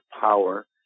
power